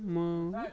ما